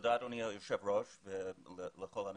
תודה אדוני היושב ראש ותודה לכל המשתתפים.